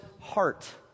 heart